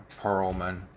Perlman